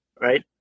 right